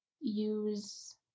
use